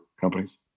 companies